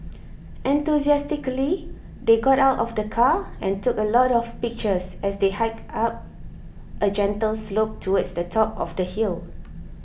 enthusiastically they got out of the car and took a lot of pictures as they hiked up a gentle slope towards the top of the hill